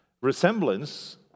resemblance